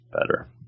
better